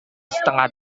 setengah